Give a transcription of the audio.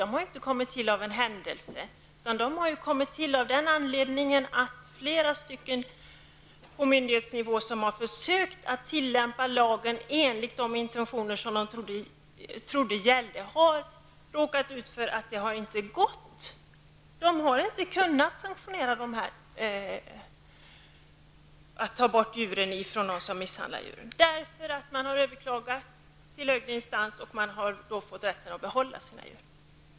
De har inte kommit till av en händelse, utan av den anledningen att flera personer på myndighetsnivå har försökt att tillämpa lagen enligt de intentioner som man trodde gällde och råkat ut för att detta inte gått. De har inte kunnat sanktionera beslut om att ta bort djuren från dem som misshandlar dem. De har överklagat till högre instans och där fått rätten att behålla sina djur.